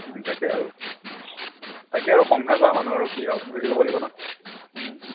তাকেই আও তাকে আৰু সংসাৰ কৰা মানুহ আৰু কি আৰু বুজি ল'ব লাগিব ন